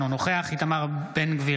אינו נוכח איתמר בן גביר,